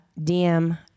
DM